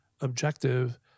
objective